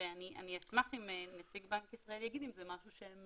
ואני אשמח אם נציג בנק ישראל יגיד אם זה משהו שהם